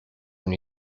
when